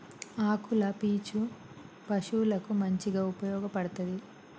ఆకుల పీచు పశువులకు మంచిగా ఉపయోగపడ్తది